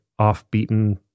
Off-beaten